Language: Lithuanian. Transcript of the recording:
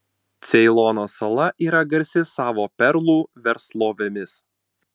ceilono sala yra garsi savo perlų verslovėmis